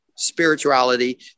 spirituality